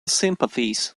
sympathies